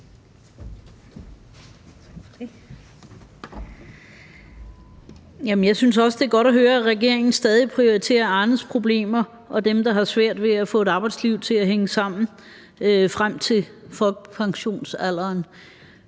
jeg synes også, det er godt at høre, at regeringen stadig prioriterer Arnes problemer og dem, der har svært ved at få et arbejdsliv til at hænge sammen frem til pensionsalderen,